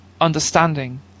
understanding